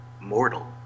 Mortal